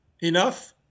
enough